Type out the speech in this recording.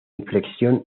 inflexión